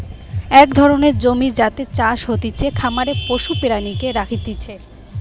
এক ধরণের জমি যাতে চাষ হতিছে, খামারে পশু প্রাণীকে রাখতিছে